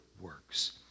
works